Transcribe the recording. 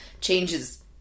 changes